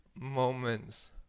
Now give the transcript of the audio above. moments